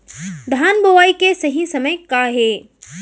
धान बोआई के सही समय का हे?